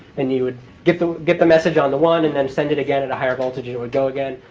and you would get the get the message on the one and then send it again. at a higher voltage it would go again.